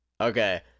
Okay